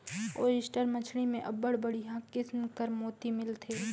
oyster मछरी में अब्बड़ बड़िहा किसिम कर मोती मिलथे